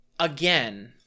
Again